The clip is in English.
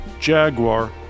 Jaguar